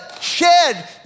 shed